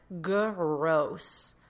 Gross